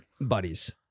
buddies